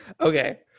Okay